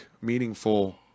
meaningful